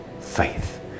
faith